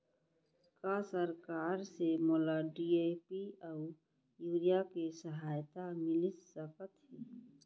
का सरकार से मोला डी.ए.पी अऊ यूरिया के सहायता मिलिस सकत हे?